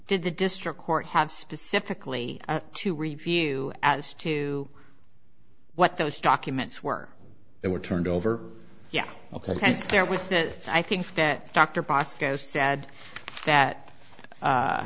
did the district court have specifically to review as to what those documents were that were turned over yeah ok there was that i think that dr pasko said that